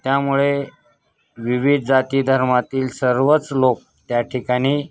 त्यामुळे विविध जातीधर्मांतील सर्वच लोक त्या ठिकाणी